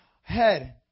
head